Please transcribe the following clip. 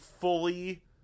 fully